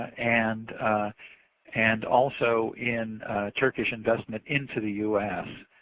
and and also in turkish investment into the u s.